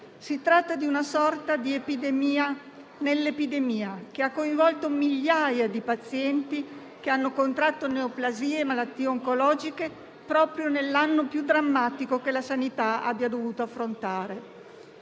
Si tratta di una sorta di epidemia nell'epidemia, che ha coinvolto migliaia di pazienti che hanno contratto neoplasie, malattie oncologiche proprio nell'anno più drammatico che la sanità abbia dovuto affrontare.